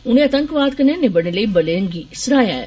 उनें आतंकवाद कन्नै निबड़ने लेई बलै गी सराहेआ ऐ